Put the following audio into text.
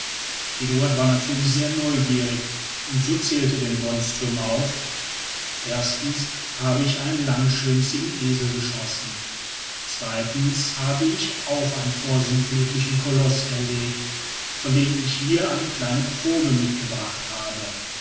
eduard war natürlich sehr neugierig und so zählte denn wonström auf erstens habe ich einen langschwänzigen esel geschossen zweitens habe ich auch einen vorsintflutlichen koloß erlegt von dem ich hier eine kleine probe mitgebracht habe